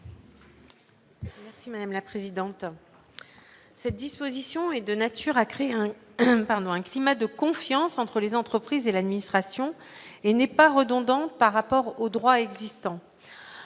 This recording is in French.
Si madame la présidente, cette disposition est de nature à créer un un climat de confiance entre les entreprises et l'administration et n'est pas redondant par rapport au droit existant